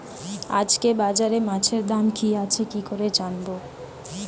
আজকে বাজারে মাছের দাম কি আছে কি করে জানবো?